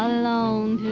alone